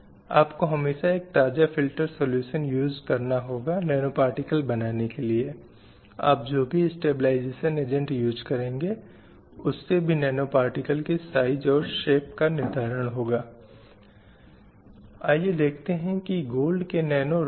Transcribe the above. इसलिए वह समान स्थिति में थीं अपनी वीरता के मामले में उन गतिविधियों के संदर्भ में जिसे करने के लिए उसे अधिकार था और शिक्षा पाने के मामले में उन अनुष्ठान और धार्मिक प्रथाओं के संदर्भ में जिसका एक पुरुष हकदार था